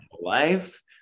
life